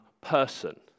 person